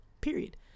period